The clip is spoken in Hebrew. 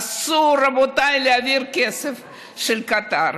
אסור, רבותיי, להעביר כסף של קטאר.